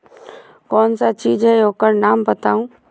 कौन सा चीज है ओकर नाम बताऊ?